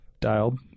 Dialed